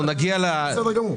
בסדר, בית המשפט אומר לנו מה לעשות.